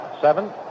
seven